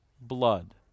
blood